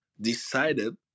decided